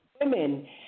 women